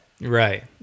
Right